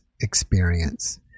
experience